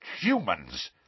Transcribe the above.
humans